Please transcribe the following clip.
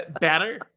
Better